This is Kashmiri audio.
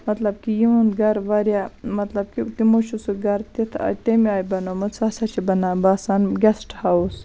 مَطلَب کہِ یُہُنٛد گَرٕ واریاہ مَطلَب کہِ تمو چھُ سُہ گَرٕ تِتھ تمہِ آیہِ بَنومُت سُہ ہَسا چھِ بَنان باسان گیٚسٹ ہاوُس